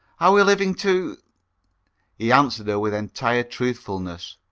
are we living too he answered her with entire truthfulness.